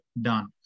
done